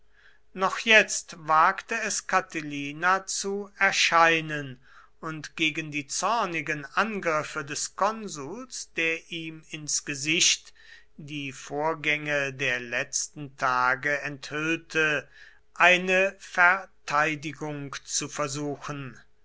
noch jetzt wagte es catilina zu erscheinen und gegen die zornigen angriffe des konsuls der ihm ins gesicht die vorgänge der letzten tage enthüllte eine verteidigung zu versuchen